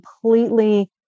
completely